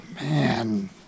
man